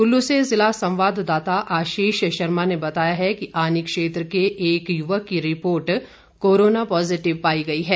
कुल्लू से जिला संवाददाता आशीष शर्मा ने बताया है कि आनी क्षेत्र के एक युवक की रिपोर्ट कोरोना पॉजिटिव पाई गई है